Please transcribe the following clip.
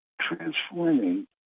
transforming